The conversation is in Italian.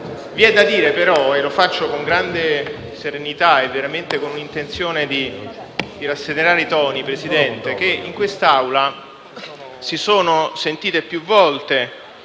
Vi è da dire, però - e lo faccio con grande serenità e veramente con l'intenzione di rasserenare i toni - che in quest'Aula si sono sentite più volte,